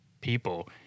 people